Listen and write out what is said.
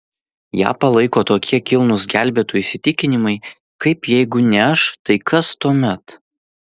ją palaiko tokie kilnūs gelbėtojų įsitikinimai kaip jeigu ne aš tai kas tuomet